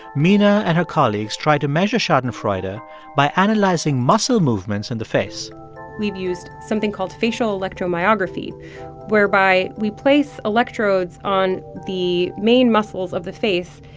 mina and her colleagues tried to measure schadenfreude and by analyzing muscle movements in the face we've used something called facial electromyography whereby we place electrodes on the main muscles of the face,